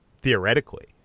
theoretically